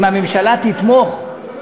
אם הממשלה תתמוך,